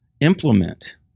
implement